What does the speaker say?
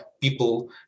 people